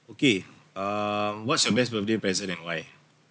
okay um what's your best birthday present and why